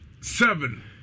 seven